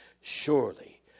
Surely